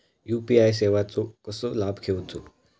UPI सेवाचो कसो लाभ घेवचो?